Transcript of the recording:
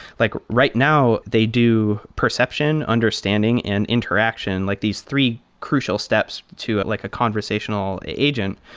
like right now, they do perception, understanding and interaction, like these three crucial steps to like a conversational agent.